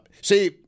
See